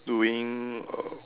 doing err